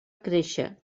créixer